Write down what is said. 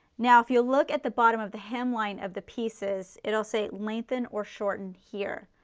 now if you look at the bottom of the hemline of the pieces, it will say lengthen or shorten here.